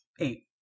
eight